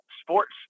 sports